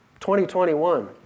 2021